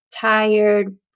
tired